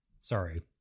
sorry